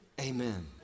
Amen